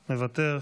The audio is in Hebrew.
מוותר,